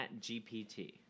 ChatGPT